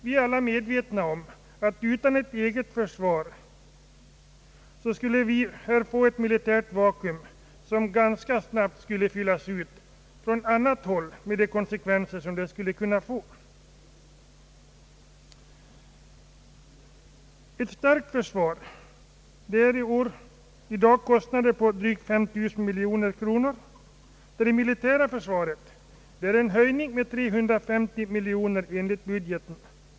Vi är al Ja medvetna om att utan ett eget försvar skulle vårt land bli ett militärt vacuum som ganska snabbt skulle kunna fyllas ut från annat håll med de konsekvenser som detta skulle kunna medföra. Försvaret drar för kommande år kostnader på drygt 5 000 miljoner kronor. Det innebär en höjning med 350 miljoner kronor enligt budgetförslaget.